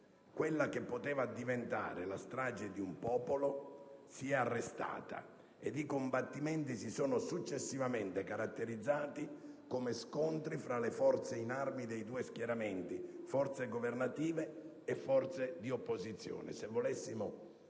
quella che poteva diventare la strage di un popolo si è arrestata, e i combattimenti si sono successivamente caratterizzati come scontri tra le forze in armi dei due schieramenti, forze governative e forze di opposizione.